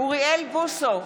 אוריאל בוסו,